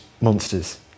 monsters